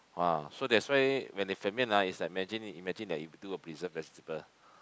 !wah! so that's why when they ferment ah it's like imagine imagine that you do a preserve vegetable